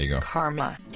karma